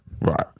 Right